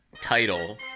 title